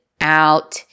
out